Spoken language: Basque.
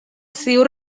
ziur